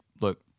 look